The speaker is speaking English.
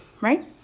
right